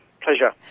Pleasure